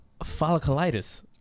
folliculitis